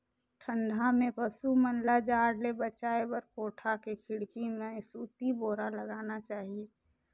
ठंडा में पसु मन ल जाड़ ले बचाये बर कोठा के खिड़की में सूती बोरा लगाना चाही